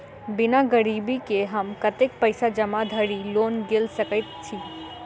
बिना गिरबी केँ हम कतेक पैसा धरि लोन गेल सकैत छी?